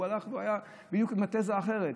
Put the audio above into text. הוא הלך והיה בדיוק עם התזה האחרת,